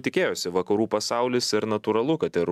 tikėjosi vakarų pasaulis ir natūralu kad ir